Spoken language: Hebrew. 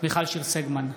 מיכל שיר סגמן,